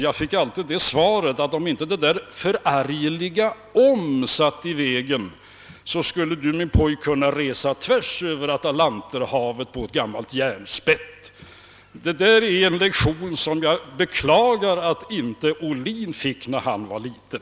Då fick jag alltid det svaret: »Ja, om inte det där förargliga om” satt i vägen, så skulle du, min pojke, kunnat resa tvärs över Atlanterhavet på ett gammalt järnspett.» Det är en lektion som jag beklagar att inte också herr Ohlin fick när han var liten.